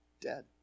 Dead